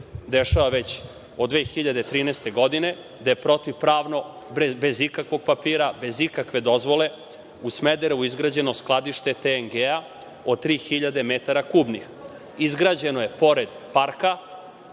dešava od 2013. godine, gde je protivpravno, bez ikakvog papira, bez ikakve dozvole u Smederevu izgrađeno skladište TNG od 3000 metara kubnih. Izgrađeno je pored parka,